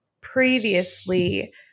previously